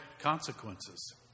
consequences